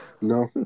No